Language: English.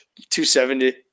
270